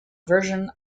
version